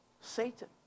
Satan